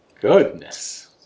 Goodness